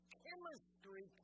chemistry